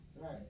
Right